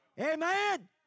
Amen